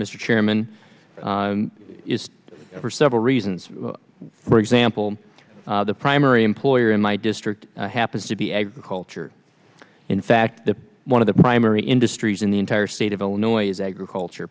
mr chairman is for several reasons for example the primary employer in my district happens to be agriculture in fact the one of the primary industries in the entire state of illinois is agriculture